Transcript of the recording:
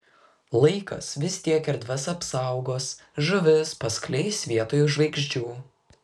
laikas vis tiek erdves apsaugos žuvis paskleis vietoj žvaigždžių